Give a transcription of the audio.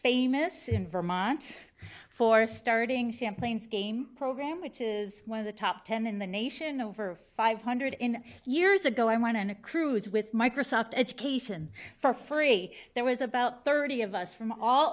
famous in vermont for starting champlain game program which is one of the top ten in the nation over five hundred in years ago i went on a cruise with microsoft education for free there was about thirty of us from all